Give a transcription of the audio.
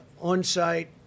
On-site